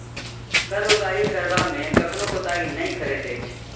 कर उगाही करबा मे कखनो कोताही नै करैत अछि